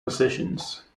positions